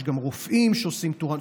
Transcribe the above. יש גם רופאים שעושים תורנויות.